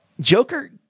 Joker